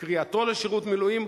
קריאתו לשירות מילואים,